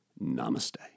namaste